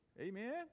Amen